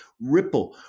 ripple